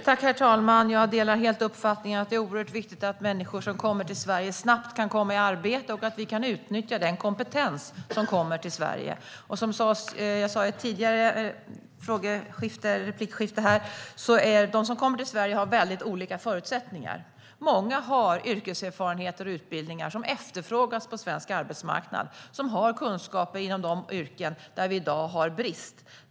Herr talman! Jag delar helt uppfattningen att det är oerhört viktigt att människor som kommer till Sverige snabbt kan komma i arbete och att vi kan utnyttja den kompetens som kommer till Sverige. Som jag sa i ett tidigare inlägg: De som kommer till Sverige har mycket olika förutsättningar. Många har yrkeserfarenheter och utbildningar som efterfrågas på svensk arbetsmarknad, har kunskaper inom de yrken där vi i dag har brist.